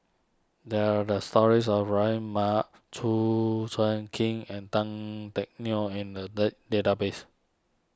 there are does stories about Rahimah Chua Soo Khim and Tan Teck Neo in the day database